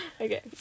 Okay